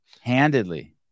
Handedly